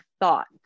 thought